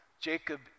Jacob